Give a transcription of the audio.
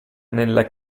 nella